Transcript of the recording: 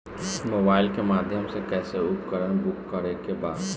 Mobile के माध्यम से कैसे उपकरण के बुक करेके बा?